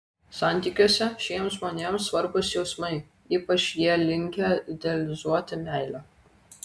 santykiuose šiems žmonėms svarbūs jausmai ypač jie linkę idealizuoti meilę